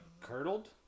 curdled